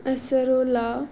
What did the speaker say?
असरोला